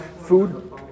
food